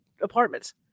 apartments